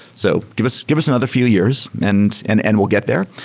so give us give us another few years and and and we'll get there.